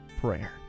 prayer